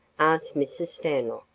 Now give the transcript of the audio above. asked mrs. stanlock.